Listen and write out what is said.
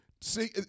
See